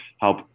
help